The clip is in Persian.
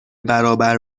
برابر